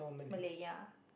Malay yeah